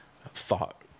thought